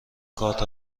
کارت